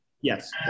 Yes